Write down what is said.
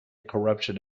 corruption